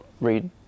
read